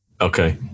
Okay